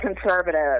conservative